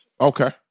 Okay